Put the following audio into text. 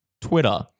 Twitter